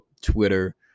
Twitter